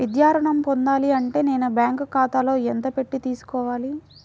విద్యా ఋణం పొందాలి అంటే నేను బ్యాంకు ఖాతాలో ఎంత పెట్టి తీసుకోవాలి?